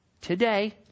Today